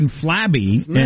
flabby